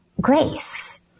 grace